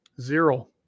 Zero